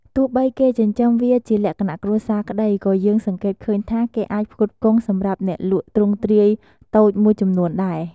ទោះបីគេចិញ្ចឹមវាជាលក្ខណៈគ្រួសារក្ដី ក៏យើងសង្កេតឃើញថា គេអាចផ្គត់ផ្គង់សម្រាប់អ្នកលក់ទ្រង់ទ្រាយតូចមួយចំនួនដែរ។